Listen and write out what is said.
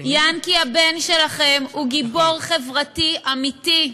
הבן שלכם הוא גיבור חברתי אמיתי,